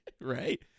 Right